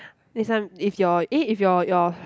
next time if your eh if your your